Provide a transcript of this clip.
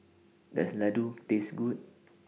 Does Laddu Taste Good